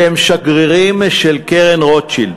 שהם שגרירים של קרן רוטשילד,